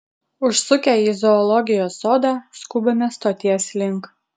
užsukę į zoologijos sodą skubame stoties link